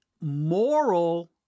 moral